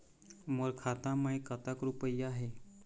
मोर खाता मैं कतक रुपया हे?